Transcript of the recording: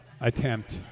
attempt